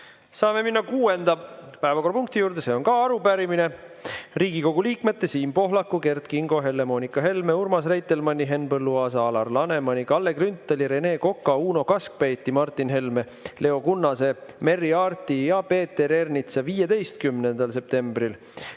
Saame minna kuuenda päevakorrapunkti juurde. See on ka arupärimine: Riigikogu liikmete Siim Pohlaku, Kert Kingo, Helle-Moonika Helme, Urmas Reitelmanni, Henn Põlluaasa, Alar Lanemani, Kalle Grünthali, Rene Koka, Uno Kaskpeiti, Martin Helme, Leo Kunnase, Merry Aarti ja Peeter Ernitsa 15. septembril